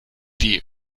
die